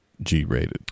G-rated